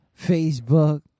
Facebook